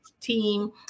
team